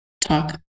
talk